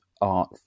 art